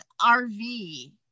RV